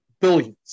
billions